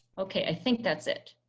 okay i think that's it.